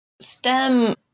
STEM